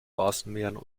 rasenmähern